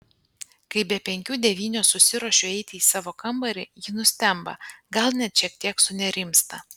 kai be penkių devynios susiruošiu eiti į savo kambarį ji nustemba gal net šiek tiek sunerimsta